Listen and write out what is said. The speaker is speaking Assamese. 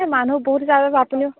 এই মানুহ বহুত আছিল আৰু আপুনিও